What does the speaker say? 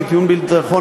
כטיעון בלתי נכון,